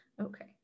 Okay